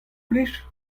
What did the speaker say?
plij